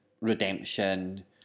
redemption